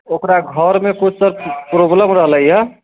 ओकरा घरमे कुछो प्रोब्लम रहलै यऽ